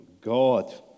God